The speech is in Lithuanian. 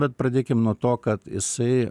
bet pradėkim nuo to kad jisai